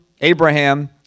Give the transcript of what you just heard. Abraham